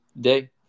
day